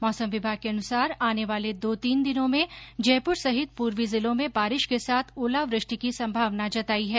मौंसम विभाग के अनुसार आने वाले दो तीन दिनों में जयपुर सहित पूर्वी जिलों में बारिश के साथ ओलावृष्टि की संभावना जताई है